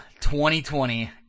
2020